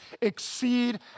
exceed